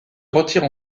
retire